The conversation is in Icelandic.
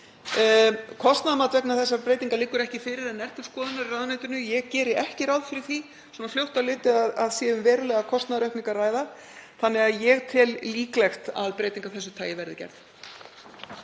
Kostnaðarmat vegna þessarar breytingar liggur ekki fyrir en er til skoðunar í ráðuneytinu. Ég geri ekki ráð fyrir því svona fljótt á litið að um verulega kostnaðaraukningu sé að ræða þannig að ég tel líklegt að breyting af þessu tagi verði gerð.